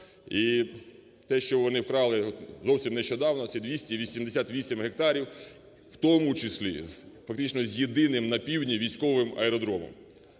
І те, що вони вкрали зовсім нещодавно, це 288 гектарів, в тому числі з фактично єдиним на півдні військовим аеродромом.